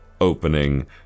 opening